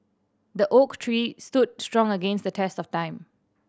the oak tree stood strong against the test of time